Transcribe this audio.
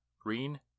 Green